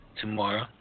tomorrow